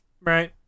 right